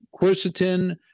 Quercetin